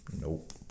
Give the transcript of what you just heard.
Nope